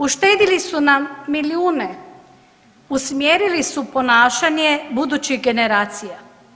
Uštedili su nam milijune, usmjerili su ponašanje budućih generacija.